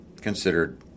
considered